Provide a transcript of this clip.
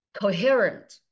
coherent